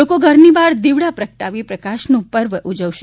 લોકો ઘરની બહાર દીવડા પ્રકટાવી પ્રકાશનું પર્વ ઉજવશે